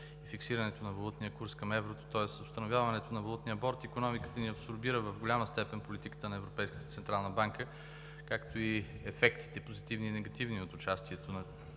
и фиксирането на валутния курс към еврото, тоест установяването на Валутния борд, икономиката ни абсорбира в голяма степен политиката на Европейската централна банка, както и позитивните и негативните ефекти от участието и